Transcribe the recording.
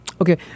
Okay